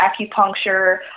acupuncture